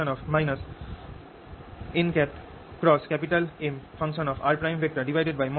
r r